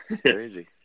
Crazy